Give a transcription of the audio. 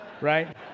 right